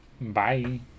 bye